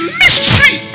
mystery